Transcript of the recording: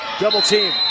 double-team